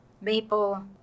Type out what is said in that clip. maple